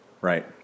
right